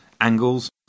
Angles